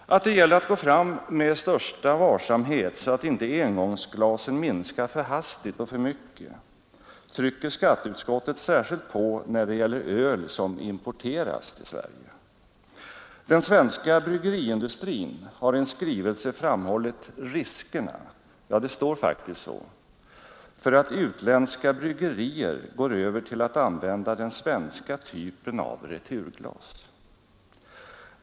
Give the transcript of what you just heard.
Att det gäller att gå fram med största varsamhet så att inte engångsglasen minskar för hastigt och för mycket trycker skatteutskottet särskilt på när det gäller öl som importeras till Sverige. Den svenska bryggeriindustrin har i en skrivelse framhållit ”riskerna” — det står faktiskt så — för att utländska bryggerier går över till att använda den svenska typen av returglas.